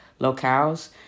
locales